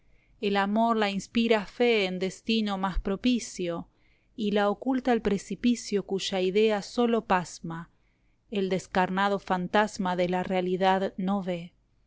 el amor la inspira fé en destino más propicio y la oculta el precipicio cuya idea sola pasma el descarnado fantasma de la realidad no ve